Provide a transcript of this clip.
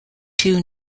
two